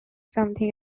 something